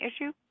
issue